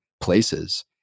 places